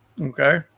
Okay